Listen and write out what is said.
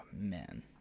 man